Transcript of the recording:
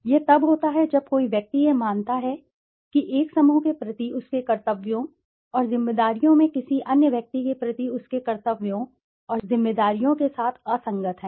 यह तब होता है जब कोई व्यक्ति यह मानता है कि एक समूह के प्रति उसके कर्तव्यों और जिम्मेदारियों में किसी अन्य व्यक्ति के प्रति उसके कर्तव्यों और जिम्मेदारियों के साथ असंगत हैं